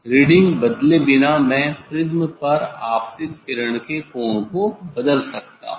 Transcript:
reading बदले बिना मैं प्रिज्म पर आपतित किरण के कोण को बदल सकता हूं